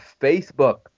Facebook